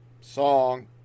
song